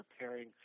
preparing